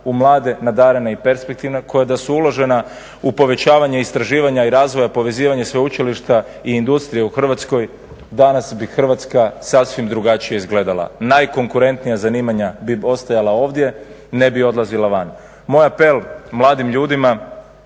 u mlade, nadarene i perspektivne, koja da su uložena u povećavanje istraživanja i razvoja povezivanja sveučilišta i industrije u Hrvatskoj, danas bi Hrvatska sasvim drugačije izgledala. Najkonkurentnija zanimanja bi ostajala ovdje, ne bi odlazila van. Moja apel mladim ljudima